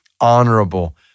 honorable